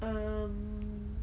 um